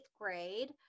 grade